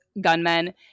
gunmen